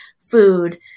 food